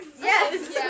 Yes